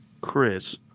Chris